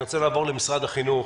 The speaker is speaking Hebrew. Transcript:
אני רוצה לעבור למשרד החינוך,